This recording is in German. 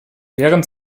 während